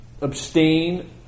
abstain